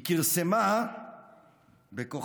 היא כרסמה בכוחה,